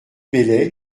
bellay